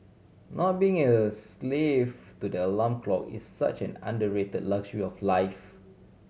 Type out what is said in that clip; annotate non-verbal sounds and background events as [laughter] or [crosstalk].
not being a slave to the alarm clock is such an underrated luxury [unintelligible] life